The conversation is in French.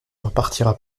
repartira